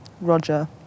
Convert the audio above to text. Roger